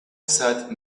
said